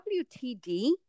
WTD